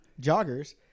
joggers